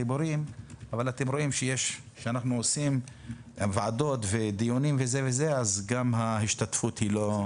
דיבורים אבל אתם רואים שאנחנו מקיימים דיונים אז גם ההשתתפות לא...